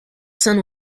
son